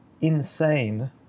insane